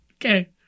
Okay